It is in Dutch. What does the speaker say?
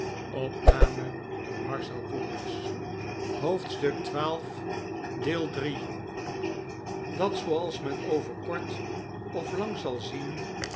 dat zooals men over kort of lang zal zien